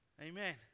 Amen